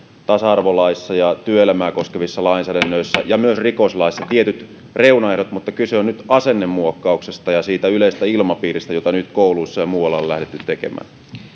tasa arvolaissa ja työelämää koskevissa lainsäädännöissä ja myös rikoslaissa tietyt reunaehdot mutta kyse on nyt asennemuokkauksesta ja siitä yleisestä ilmapiiristä jota nyt kouluissa ja muualla on lähdetty tekemään